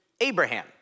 Abraham